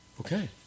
Okay